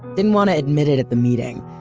didn't want to admit it at the meeting.